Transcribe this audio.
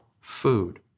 food